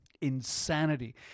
insanity